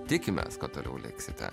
tikimės kad toliau liksite